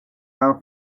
are